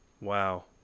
Wow